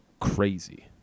crazy